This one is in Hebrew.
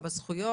טפסים וזכויות,